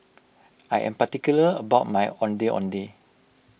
I am particular about my Ondeh Ondeh